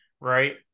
Right